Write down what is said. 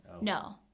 No